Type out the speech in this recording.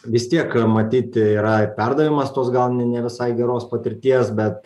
vis tiek matyt yra perdavimas tos gal ne ne visai geros patirties bet